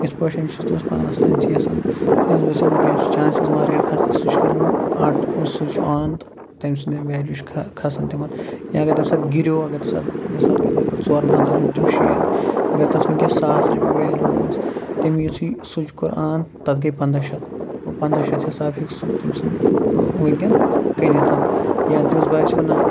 یِتھٕ پٲٹھٮ۪ن چھُ تٔمِس پانَس تانتھٕے آسان تٔمِس باسٮ۪و ؤنکٮ۪ن چھُ چانسِز مارکیٚٹ کھسنٕکۍ سُہ چھُ کران اَٹ سوٚچ آن تہٕ تٔمۍ سُنٛد تِم ویلیوٗ چھِ کھسان تِمَن یا اگر تَمہِ ساتہٕ گِریو اگر تَمہِ ساتہٕ مِثال کے طور پر ژورَن ہَتَن ہیٚوت تٔمۍ شِیر اگر تَتھ وُنکٮ۪س ساس رۄپیہِ ویلیوٗ اوس تٔمۍ یِتھُے سوٚچ کوٚر آن تَتھ گٔے پَنٛداہ شیٚتھ گوٚو پَنٛداہ شیٚتھ حِساب ہٮ۪کہِ سُہ تٔمۍ سُنٛد ؤنکٮ۪ن کٕنِتھ یا تٔمِس باسٮ۪و نہَ